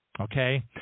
Okay